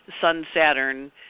Sun-Saturn